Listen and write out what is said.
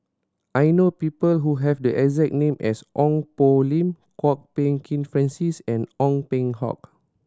I know people who have the exact name as Ong Poh Lim Kwok Peng Kin Francis and Ong Peng Hock